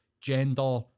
gender